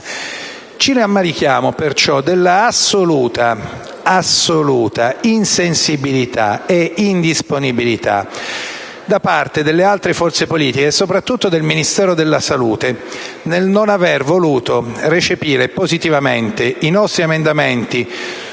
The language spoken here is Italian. Ci rammarichiamo perciò dell'assoluta insensibilità e indisponibilità da parte delle altre forze politiche e soprattutto del Ministero della salute evidenziata dal non aver voluto recepire positivamente i nostri emendamenti